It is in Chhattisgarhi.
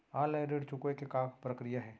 ऑफलाइन ऋण चुकोय के का प्रक्रिया हे?